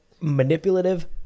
manipulative